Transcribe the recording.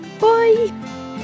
Bye